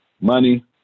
money